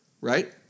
right